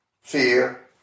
fear